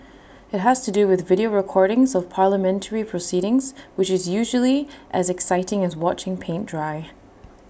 IT has to do with video recordings of parliamentary proceedings which is usually as exciting as watching paint dry